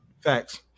Facts